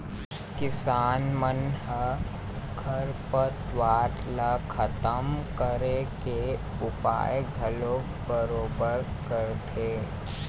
किसान मन ह खरपतवार ल खतम करे के उपाय घलोक बरोबर करथे